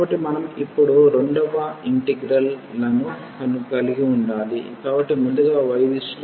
కాబట్టి మనం ఇప్పుడు రెండు ఇంటిగ్రల్ లను కలిగి ఉండాలి కాబట్టి ముందుగా y దిశలో మరియు తరువాత x దిశలో